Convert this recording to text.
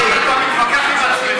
מה, אתה פה מתווכח עם עצמך?